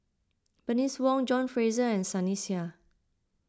Bernice Wong John Fraser and Sunny Sia